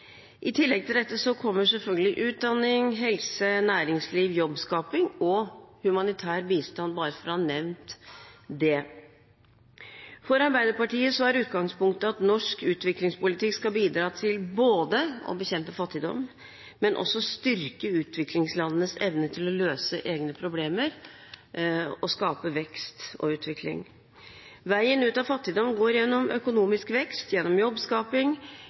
I tillegg til dette kommer selvfølgelig utdanning, helse, næringsliv, jobbskaping og humanitær bistand – bare for å ha nevnt det. For Arbeiderpartiet er utgangspunktet at norsk utviklingspolitikk skal bidra til å bekjempe fattigdom, styrke utviklingslandenes evne til å løse egne problemer og skape vekst og utvikling. Veien ut av fattigdom går gjennom økonomisk vekst, gjennom jobbskaping